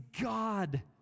God